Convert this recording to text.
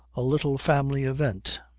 a little family event.